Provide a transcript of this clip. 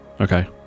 Okay